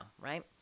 right